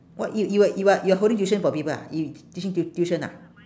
what you you are you are you are holding tuition for people ah you t~ teaching tu~ tuition ah